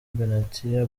benatia